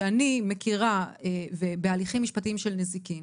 שאני מכירה, בהליכים משפטיים של נזיקין,